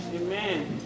Amen